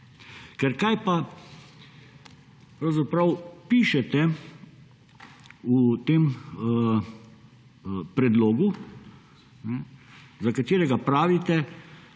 Kaj pa pravzaprav pišete v tem predlogu, za katerega pravite,